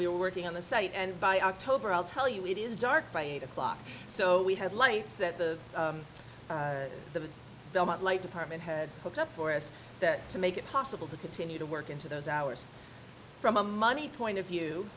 we were working on the site and by october i'll tell you it is dark by eight o'clock so we had lights that the the belmont light department head hooked up for us to make it possible to continue to work into those hours from a money point of view